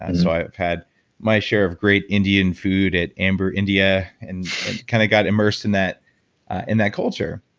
and so i've had my share of great indian food at amber india and kind of got immersed in that and that culture.